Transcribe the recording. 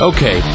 Okay